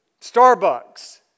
Starbucks